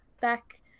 back